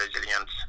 resilience